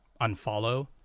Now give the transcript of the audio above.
unfollow